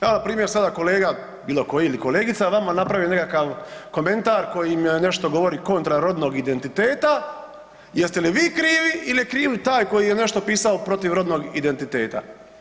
Evo sad primjer, sada kolega bilokoji ili kolegica, vama napravi nekakav komentar kojim nešto govori kontra rodnog identiteta, jeste li vi krivi ili je kriv taj koji nešto pisao protivi rodnog identiteta?